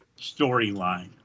storyline